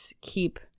keep